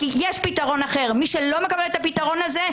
כאמור יש פתרון אחר ומי שלא מקבל את הפתרון הזה,